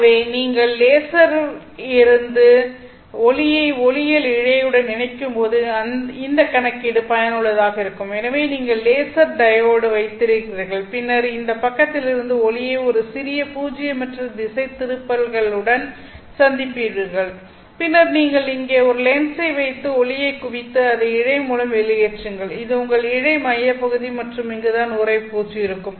ஆகவே நீங்கள் லேசரிலிருந்து ஒளியை ஒளியியல் இழையுடன் இணைக்கும்போது இந்த கணக்கீடு பயனுள்ளதாக இருக்கும் எனவே நீங்கள் லேசர் டையோடு வைத்திருக்கிறீர்கள் பின்னர் இந்த பக்கத்திலிருந்து ஒளியை ஒரு சிறிய பூஜ்ஜியமற்ற திசை திருப்பல்களுடன் சந்திப்பீர்கள் பின்னர் நீங்கள் இங்கே ஒரு லென்ஸை வைத்து ஒளியை குவித்து அதை இழை மூலம் வெளியேற்றுங்கள் இது உங்கள் இழை மையப்பகுதி மற்றும் இங்கு தான் உறைப்பூச்சு இருக்கும்